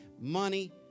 Money